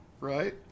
Right